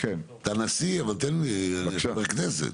בין 20% ל-30% מהדירות בפרויקטים,